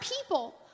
people